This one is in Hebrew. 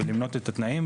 ולמנות את התנאים,